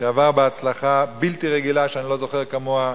שעבר בהצלחה בלתי רגילה שאני לא זוכר כמוה.